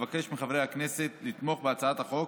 אבקש מחברי הכנסת לתמוך בהצעת החוק